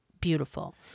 beautiful